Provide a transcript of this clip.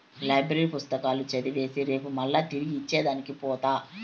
library పుస్తకాలు చదివేసి రేపు మల్లా తిరిగి ఇచ్చే దానికి పోత